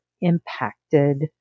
impacted